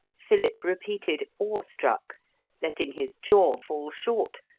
philip repeated, awestruck, letting his jaw fall short,